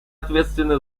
ответственны